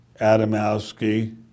Adamowski